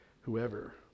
whoever